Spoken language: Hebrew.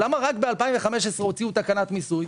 למה רק ב-2015 הוציאו תקנת מיסוי?